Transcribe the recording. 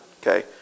Okay